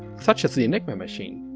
such as the enigma machine.